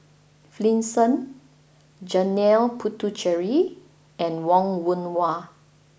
Finlayson Janil Puthucheary and Wong Yoon Wah